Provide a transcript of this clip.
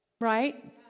Right